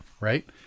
Right